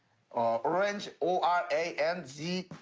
orange, o, r, a, n, g,